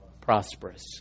Prosperous